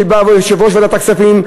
שבא יושב-ראש ועדת הכספים,